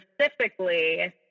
specifically